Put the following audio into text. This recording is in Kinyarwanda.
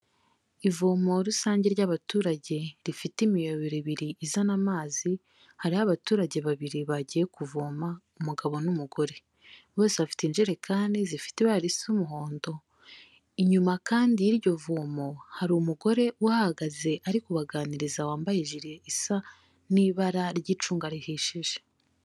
Ivomo rusange ry'abaturage, rifite imiyoboro ibiri izana amazi, hariho abaturage babiri bagiye kuvoma, umugabo n'umugore. Bose bafite injerekani zifite ibara risa umuhondo, inyuma kandi y'iryo vomo, hari umugore uhahagaze ari kubaganiriza wambaye ijire isa n'ibara ry'icunga rihishije.